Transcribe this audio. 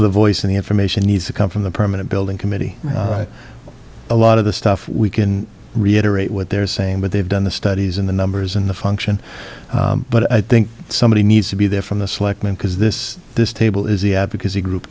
of the voice of the information needs to come from the permanent building committee a lot of the stuff we can reiterate what they're saying but they've done the studies in the numbers in the function but i think somebody needs to be there from the selectmen because this this table is the advocacy group